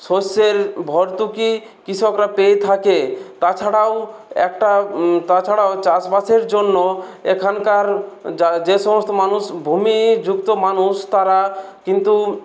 শস্যের ভর্তুকি কৃষকরা পেয়ে থাকে তাছাড়াও একটা তাছাড়াও চাষবাসের জন্য এখানকার যারা যে সমস্ত মানুষ ভূমিযুক্ত মানুষ তারা কিন্তু